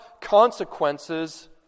consequences